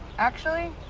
actually,